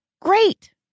great